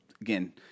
again